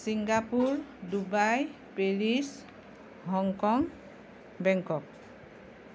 Singapore Dubai Paris Hong Kong Bangkok